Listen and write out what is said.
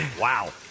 Wow